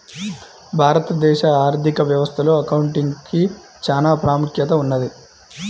భారతదేశ ఆర్ధిక వ్యవస్థలో అకౌంటింగ్ కి చానా ప్రాముఖ్యత ఉన్నది